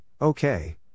Okay